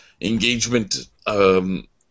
engagement